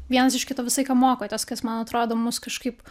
vienas iš kito visą aiką ką mokotės kas man atrodo mus kažkaip